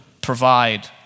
provide